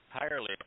entirely